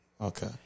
okay